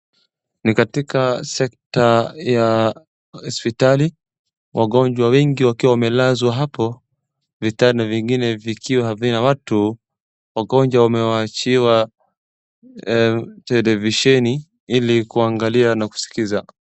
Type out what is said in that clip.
Ni katika sekta ya hospitali wagonjwa wengi wakiwa wamelazwa hapo. Vitanda vingine vikiwa havina watu. Wagonjwa wamewashiwa televisheni ili kuangalia na kuskiza.